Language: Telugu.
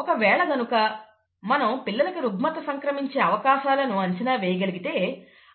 ఒకవేళ గనుక మనం పిల్లలకి రుగ్మత సంక్రమించే అవకాశాలను అంచనా వేయగలిగితే